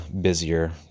busier